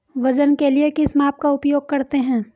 वजन के लिए किस माप का उपयोग करते हैं?